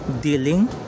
dealing